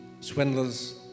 swindlers